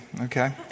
okay